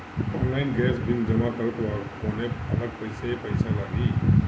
Online gas bill जमा करत वक्त कौने अलग से पईसा लागी?